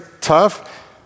tough